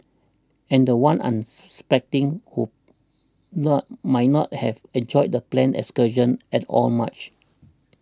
and the one unsuspecting who the might not have enjoyed the planned excursion at all much